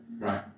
Right